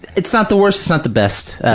it's not the worst, it's not the best.